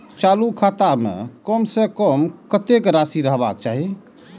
चालु खाता में कम से कम कतेक राशि रहबाक चाही?